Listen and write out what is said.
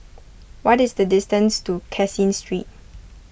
what is the distance to Caseen Street